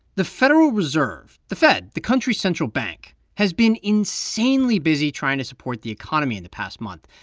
the federal reserve the fed, the country's central bank has been insanely busy trying to support the economy in the past month.